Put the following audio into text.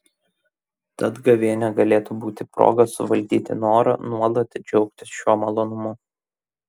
tad gavėnia galėtų būti proga suvaldyti norą nuolat džiaugtis šiuo malonumu